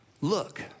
Look